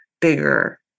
bigger